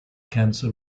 cancer